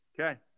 Okay